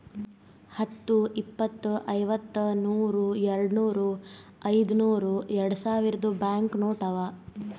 ಹತ್ತು, ಇಪ್ಪತ್, ಐವತ್ತ, ನೂರ್, ಯಾಡ್ನೂರ್, ಐಯ್ದನೂರ್, ಯಾಡ್ಸಾವಿರ್ದು ಬ್ಯಾಂಕ್ ನೋಟ್ ಅವಾ